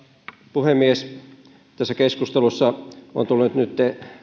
puhemies tässä keskustelussa on tullut nyt